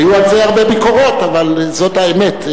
היו על זה הרבה ביקורות, אבל זאת האמת.